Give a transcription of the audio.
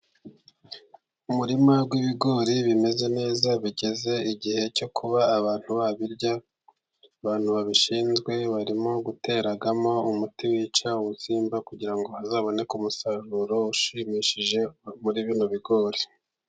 Umurima w'ibigori bimeze neza, bigeze igihe cyo kuba abantu babirya, abantu babishinzwe barimo guteramo umuti wica urusimba kugira ngo hazaboneke umusaruro ushimishije muri bino bigori.